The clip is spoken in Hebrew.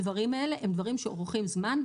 הדברים האלה הם דברים שאורכים זמן,